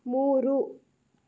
ಮೂರು